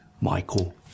Michael